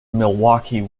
milwaukee